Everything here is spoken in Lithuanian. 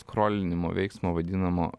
skrolinimo veiksmo vadinamo